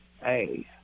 hey